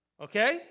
Okay